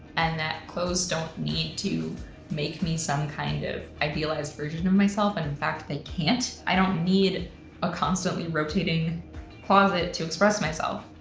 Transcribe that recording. and that clothes don't need to make me some kind of idealized version of myself, and, in fact, they can't. i don't need a constantly rotating closet to express myself.